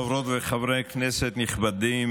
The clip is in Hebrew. חברות וחברי כנסת נכבדים,